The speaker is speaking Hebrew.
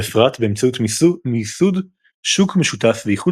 בפרט באמצעות מיסוד שוק משותף ואיחוד